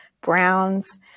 browns